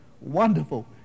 wonderful